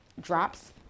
drops